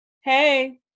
Hey